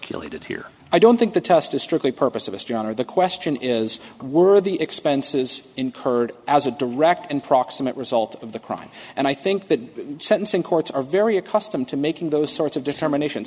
articulated here i don't think the test is strictly purpose of us john or the question is were the expenses incurred as a direct and proximate result of the crime and i think that sentencing courts are very accustomed to making those sorts of discrimination